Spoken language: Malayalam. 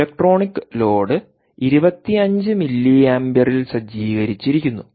ഇലക്ട്രോണിക് ലോഡ് 25 മില്ലി ആമ്പിയറിൽ സജ്ജീകരിച്ചിരിക്കുന്നു